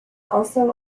also